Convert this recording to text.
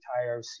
entire